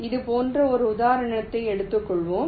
இது போன்ற ஒரு உதாரணத்தை எடுத்துக் கொள்வோம்